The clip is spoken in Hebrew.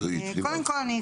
קודם כל,